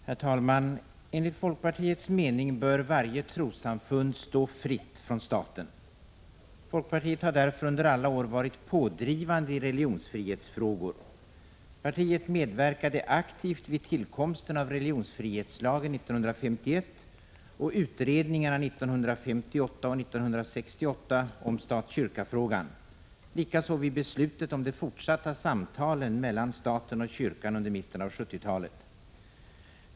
Herr talman! Enligt folkpartiets mening bör varje trossamfund stå fritt från staten. Folkpartiet har därför under alla år varit pådrivande i religionsfrihetsfrågor. Partiet medverkade aktivt vid tillkomsten av religionsfrihetslagen 1951 och utredningarna 1958 och 1968 angående stat-kyrka-frågan, likaså vid beslutet om de fortsatta samtalen mellan staten och kyrkan under mitten av 1970-talet.